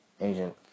Agent